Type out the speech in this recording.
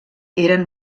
eren